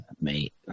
mate